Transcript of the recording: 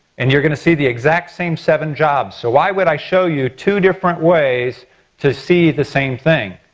and you're going to see the exact same seven jobs. so why would i show you two different ways to see the same thing?